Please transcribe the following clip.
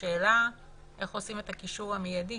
השאלה איך עושים את הקישור המיידי